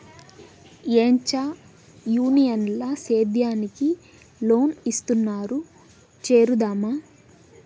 ఏంచా యూనియన్ ల సేద్యానికి లోన్ ఇస్తున్నారు చేరుదామా